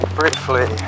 briefly